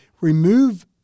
remove